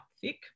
thick